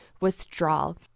Withdrawal